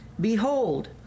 Behold